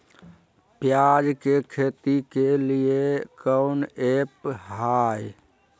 प्याज के खेती के लिए कौन ऐप हाय?